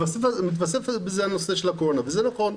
מתווסף לזה הנושא של הקורונה, וזה נכון,